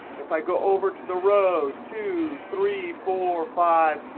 if i go over to the rows two, three, four five,